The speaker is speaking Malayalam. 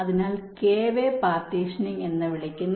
അതിനാൽ കെ വേ പാർട്ടീഷനിംഗ് എന്ന് വിളിക്കുന്നു